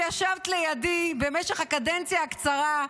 שישבת לידי במשך הקדנציה הקצרה,